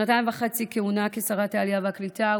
אני גם מסכמת שנתיים וחצי כהונה כשרת העלייה והקליטה,